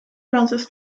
frances